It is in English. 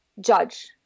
judge